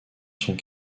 sont